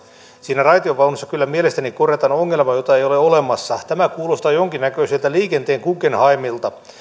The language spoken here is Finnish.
siinä raitiovaunussa kyllä mielestäni korjataan ongelmaa jota ei ole olemassa tämä kuulostaa jonkinnäköiseltä liikenteen guggenheimilta